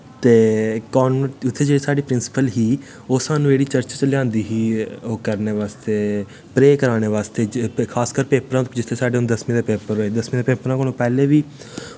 ते उत्थें जेह्ड़ी साढ़ी प्रिंसिपल ही ओह् स्हानू जेह्ड़ी चर्च च लेआंदी ही ओह् करने आस्ते प्रे कराने आस्ते खासकर पेपरां तों जिस तरह हुन साढ़े दसमीं दे पेपर होए दसमीं दे पेपरां कोलूं पैह्लें बी